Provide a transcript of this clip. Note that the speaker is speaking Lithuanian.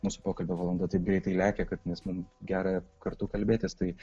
mūsų pokalbio valanda taip greitai lekia kad nes mum gera kartu kalbėtis tai